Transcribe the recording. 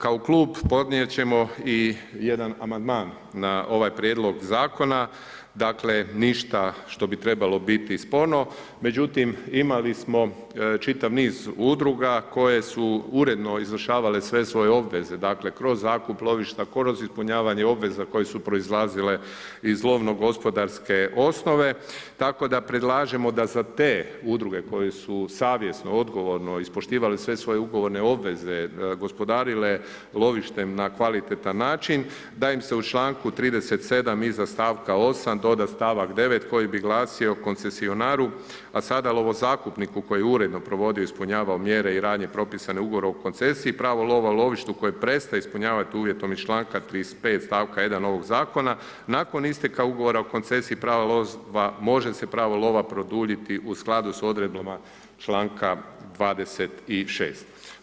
Kao Klub podnijeti ćemo i jedan amandman na ovaj Prijedlog zakona, dakle, ništa što bi trebalo biti sporno, međutim, imali smo čitav niz udruga koje su uredno izvršavale sve svoje obveza, dakle, kroz zakup lovišta, kroz ispunjavanje obveza koje su proizlazile iz lovno-gospodarske osnove, tako da predlažemo da za te udruge koje su savjesno, odgovorno ispoštivale sve svoje ugovorne obveze, gospodarile lovištem na kvalitetan način, da im se u članku 37. iza stavka 8. doda stavak 9. koji bi glasio: „koncesionaru, a sada lovozakupniku koji uredno provodio, ispunjavao mjere i radnje propisane u Ugovoru o koncesiji, pravo lova, lovištu, koje prestaje ispunjavati uvjetom iz članku 35. stavka 1. ovog Zakona, nakon isteka Ugovora o koncesiji, pravo lovstva, može se pravo lova produljiti u skladu s odredbama članka 26.